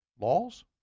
laws